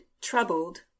troubled